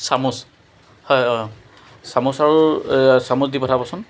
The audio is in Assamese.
চামুচ হয় অ' চামুচ আৰু চামুচ দি পঠাবচোন